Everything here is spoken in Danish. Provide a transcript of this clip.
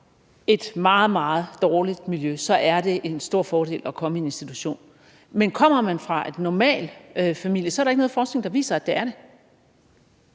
et meget, meget dårligt miljø, så er det en stor fordel at komme i en institution. Men der er ikke noget forskning, der viser, at det er